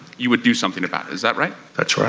you would do something about it. is that right? that's